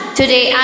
Today